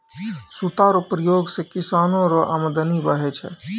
सूता रो प्रयोग से किसानो रो अमदनी बढ़ै छै